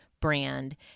brand